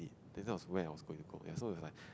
think that was where I was going to go ya so it was like